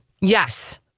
Yes